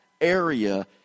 area